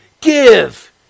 give